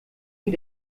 wie